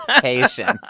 patience